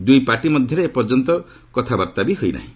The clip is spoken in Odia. ଦୁଇ ପାର୍ଟି ମଧ୍ୟରେ ଏପର୍ଯ୍ୟନ୍ତ ବି କଥାବାର୍ତ୍ତା ହୋଇନାହିଁ